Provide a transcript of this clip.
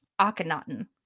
Akhenaten